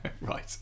Right